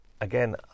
again